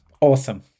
Awesome